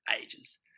ages